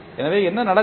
எனவே என்ன நடக்கும்